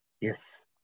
Yes